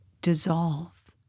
dissolve